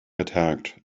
attack